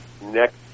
next